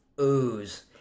ooze